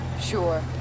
Sure